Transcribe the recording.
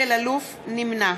נמנע